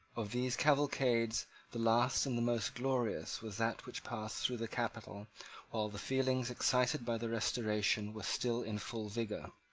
of these cavalcades the last and the most glorious was that which passed through the capital while the feelings excited by the restoration were still in full vigour.